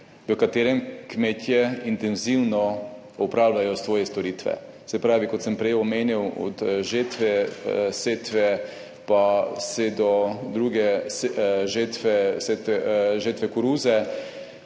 v katerem kmetje intenzivno opravljajo svoje storitve, kot sem prej omenil, od žetve, setve pa vse do druge žetve koruze.